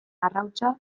arrautsa